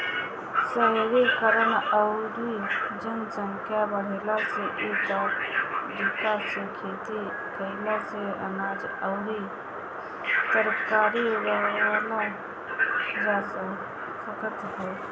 शहरीकरण अउरी जनसंख्या बढ़ला से इ तरीका से खेती कईला से अनाज अउरी तरकारी उगावल जा सकत ह